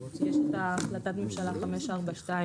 יש את החלטת הממשלה 542,